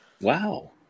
wow